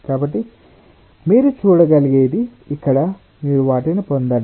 కాబట్టి మీరు చూడగలిగేది ఇక్కడ మీరు వాటిని పొందండి